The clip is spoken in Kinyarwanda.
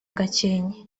gakenke